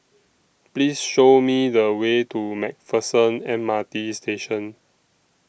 Please Show Me The Way to MacPherson M R T Station